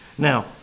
Now